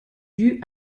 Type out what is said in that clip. due